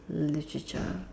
literature